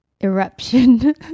eruption